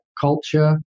culture